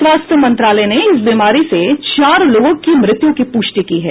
स्वास्थ्य मंत्रालय ने इस बीमारी से चार लोगों की मृत्यु की पुष्टि की है